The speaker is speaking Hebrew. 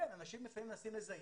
אנשים לפעמים מנסים לזייף.